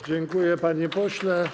Dziękuję, panie pośle.